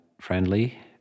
friendly